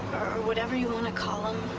whatever you want to call them